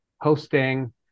hosting